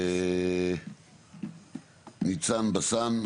ניצן בסן,